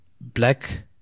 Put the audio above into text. black